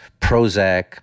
Prozac